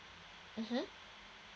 mmhmm